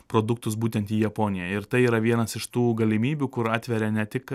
produktus būtent į japoniją ir tai yra vienas iš tų galimybių kur atveria ne tik